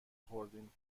خوردیم